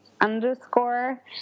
underscore